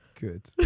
good